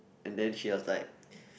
and then she was like